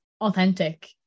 authentic